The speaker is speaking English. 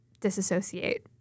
disassociate